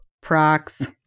Prox